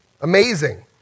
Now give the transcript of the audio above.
amazing